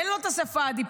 אין לו את השפה הדיפלומטית.